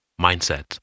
Mindset